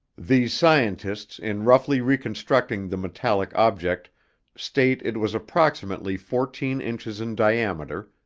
these scientists in roughly reconstructing the metallic object state it was approximately fourteen inches in diameter,